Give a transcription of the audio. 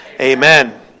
Amen